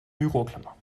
büroklammer